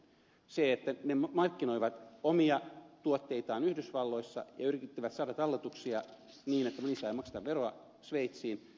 siihen että se markkinoi omia tuotteitaan yhdysvalloissa ja yritti saada talletuksia niin että niistä ei makseta veroja sveitsiin jo bushin aikana puututtiin erittäin voimakkaasti